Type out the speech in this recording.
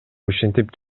ушинтип